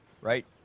right